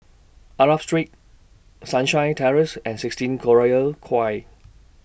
Arab Street Sunshine Terrace and sixteen Collyer Quay